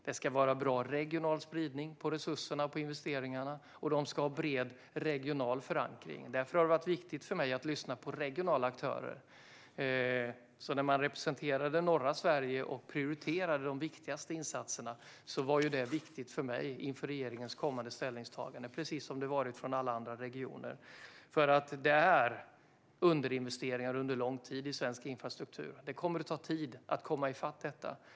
Det ska vara bra regional spridning på resurserna och investeringarna, och de ska ha bred regional förankring. Därför har det varit viktigt för mig att lyssna på regionala aktörer. När man representerade norra Sverige och prioriterade de viktigaste insatserna var det viktigt för mig inför regeringens kommande ställningstagande, precis som det har varit med alla andra regioner. Under lång tid har det varit underinvesteringar i svensk infrastruktur. Det kommer att ta tid att komma i fatt.